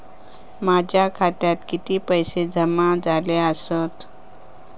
माझ्या खात्यात किती पैसे जमा झाले आसत?